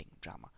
drama